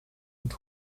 und